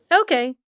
Okay